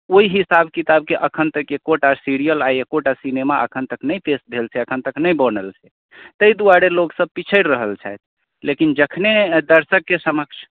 ओहि हिसाब किताबके एखन तक एकोटा सीरियल आओर एकोटा सिनेमा एखनतक नहि पेश भेल छै एखन तक नहि बनल छै ताहि दुआरे लोकसब पिछड़ि रहल छथि लेकिन जखने दर्शकके समक्ष